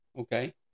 okay